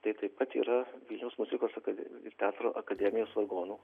tai taip pat yra vilniaus muzikos akade ir teatro akademijos vargonų